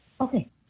okay